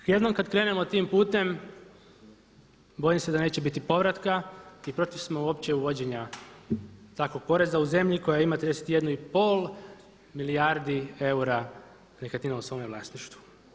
Jednom kad krenemo tim putem bojim se da neće biti povratka i protiv smo uopće uvođenja takvog poreza u zemlji koja ima 31,5 milijardi eura nekretnina u svome vlasništvu.